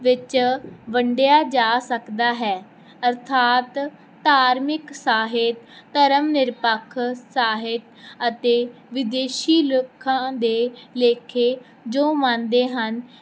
ਵਿੱਚ ਵੰਡਿਆ ਜਾ ਸਕਦਾ ਹੈ ਅਰਥਾਤ ਧਾਰਮਿਕ ਸਾਹਿਤ ਧਰਮ ਨਿਰਪੱਖ ਸਾਹਿਤ ਅਤੇ ਵਿਦੇਸ਼ੀ ਲੋਕਾਂ ਦੇ ਲੇਖੇ ਜੋ ਮੰਨਦੇ ਹਨ